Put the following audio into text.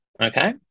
Okay